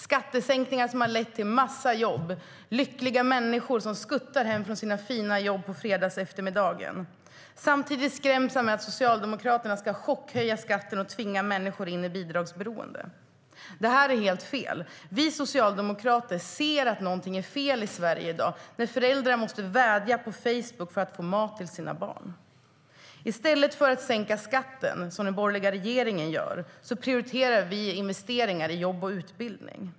Skattesänkningarna har lett till massor av jobb, och lyckliga människor skuttar hem från sina fina jobb på fredagseftermiddagen. Samtidigt skräms han med att Socialdemokraterna ska chockhöja skatterna och tvinga människor in i bidragsberoende. Det är helt fel. Vi socialdemokrater ser att något är fel i Sverige i dag när föräldrar måste vädja på Facebook för att få mat till sina barn. I stället för att sänka skatten, som den borgerliga regeringen gör, prioriterar vi investeringar i jobb och utbildning.